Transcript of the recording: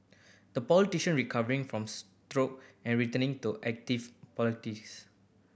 the politician recovering from stroke and returning to active politics